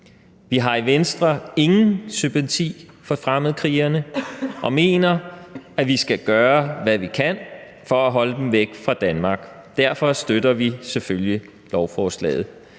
Vi har i Venstre ingen sympati for fremmedkrigerne og mener, at vi skal gøre, hvad vi kan for at holde dem væk fra Danmark. Derfor støtter vi selvfølgelig lovforslaget.